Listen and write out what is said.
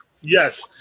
Yes